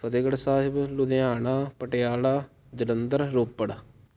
Fatehgarh Sahib Ludhiana Patiala Jalandhar Ropar